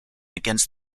against